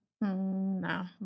no